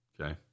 Okay